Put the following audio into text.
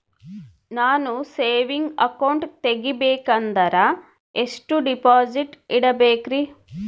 ನಾನು saving account ತೆಗಿಬೇಕಂದರ ಎಷ್ಟು ಡಿಪಾಸಿಟ್ ಇಡಬೇಕ್ರಿ?